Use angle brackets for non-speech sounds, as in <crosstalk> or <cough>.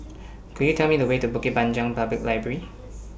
<noise> Could YOU Tell Me The Way to Bukit Panjang Public Library